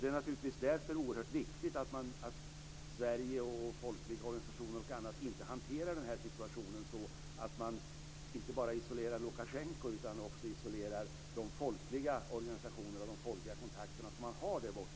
Det är naturligtvis därför väldigt viktigt att Sverige, folkliga organisationer och annat inte hanterar den här situationen så att man inte bara isolerar Lukasjenko utan också isolerar de folkliga organisationer och de folkliga kontakter som man har där borta.